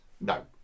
no